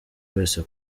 wese